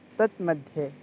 तत् मध्ये